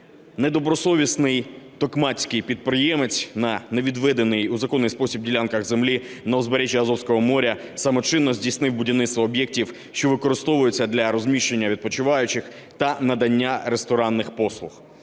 Недобросовісний токмацький підприємець на не відведених у законний спосіб ділянках землі на узбережжі Азовського моря самочинно здійснив будівництво об'єктів, що використовуються для розміщення відпочиваючих та надання ресторанних послуг.